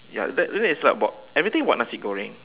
ya that that is like about everything about nasi goreng